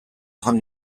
joan